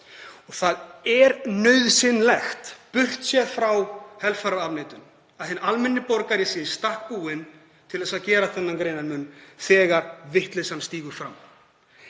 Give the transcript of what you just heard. Það er nauðsynlegt, burt séð frá helfararafneitun, að hinn almenni borgari sé í stakk búinn til að gera þennan greinarmun þegar vitleysan stígur fram.